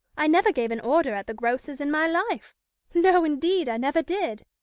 i never gave an order at the grocer's in my life no, indeed i never did.